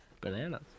Bananas